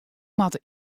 moatte